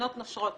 גננות נושרות